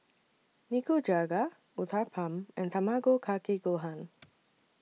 Nikujaga Uthapam and Tamago Kake Gohan